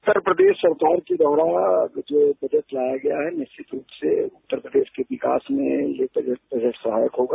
उत्तर प्रदेश सरकार के द्वारा यह बजट लाया गया है निश्चित रूप से उत्तर प्रदेश के विकास में यह बजट सहायक होगा